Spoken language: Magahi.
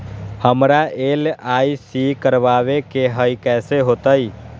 हमरा एल.आई.सी करवावे के हई कैसे होतई?